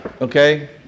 okay